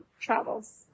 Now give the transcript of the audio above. travels